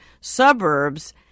suburbs